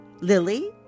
Lily